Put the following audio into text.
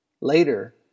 Later